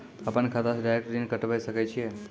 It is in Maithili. अपन खाता से डायरेक्ट ऋण कटबे सके छियै?